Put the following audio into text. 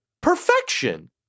perfection